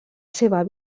seva